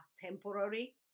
temporary